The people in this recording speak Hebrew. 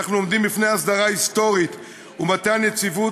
אנו עומדים בפני הסדרה היסטורית ומתן יציבות